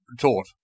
taught